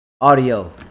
audio